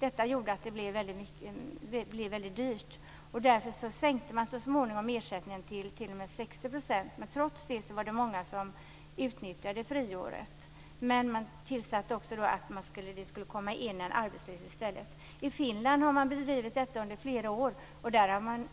Detta gjorde att det blev väldigt dyrt. Därför sänkte man så småningom ersättningen t.o.m. till 60 %. Trots det var det många som utnyttjade friåret. Man satte också till att en arbetslös skulle komma in i stället. I Finland har man bedrivit sådan här verksamhet i flera år. Där är